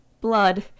blood